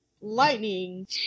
lightning